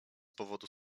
powodu